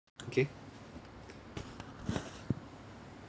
okay